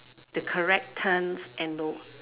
the correct turns and all